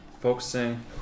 focusing